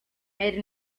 made